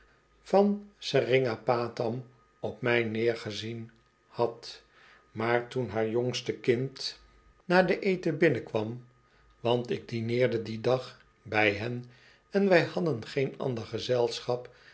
van seringapatam op mij neergezien had maar toen haar jongste kind na den eten binnenkwam want ik dineerde dien dag bij hen en wij hadden geen ander gezelschap